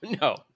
no